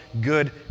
good